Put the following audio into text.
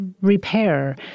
repair